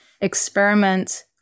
experiment